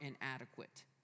inadequate